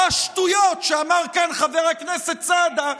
או השטויות שאמר כאן חבר הכנסת סעדה,